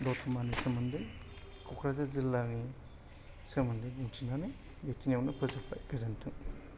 दथमानि सोमोन्दै कक्राझार जिल्लानि सोमोन्दै बुंथिनानै बेखिनियावनो फोजोब्बाय गोजोनथों